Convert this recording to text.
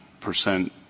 percent